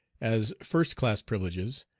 as first-class privileges,